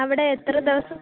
അവിടെ എത്ര ദിവസം